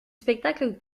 spectacle